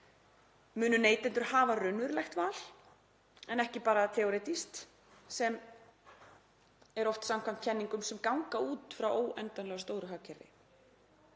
Munu neytendur hafa raunverulegt val en ekki bara teoretískt sem er oft samkvæmt kenningum sem ganga út frá óendanlega stóru hagkerfi?